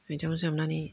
बिदिआवनो जोबनानै